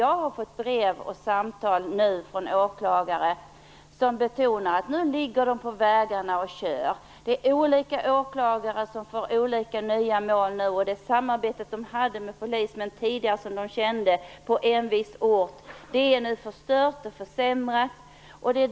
Jag har fått brev och samtal från åklagare som betonar att man nu "ligger på vägarna och kör". Olika åklagare får olika nya mål. Det samarbete som man tidigare hade med poliser som man kände på en viss ort är nu förstört eller försämrat.